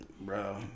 Bro